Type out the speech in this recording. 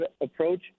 approach